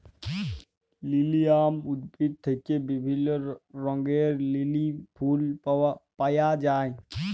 lilium উদ্ভিদ থেক্যে বিভিল্য রঙের লিলি ফুল পায়া যায়